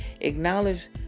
Acknowledge